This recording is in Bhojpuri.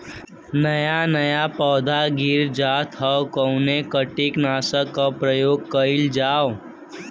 नया नया पौधा गिर जात हव कवने कीट नाशक क प्रयोग कइल जाव?